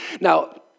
now